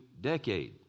decade